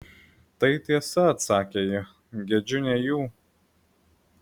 tai tiesa atsakė ji gedžiu ne jų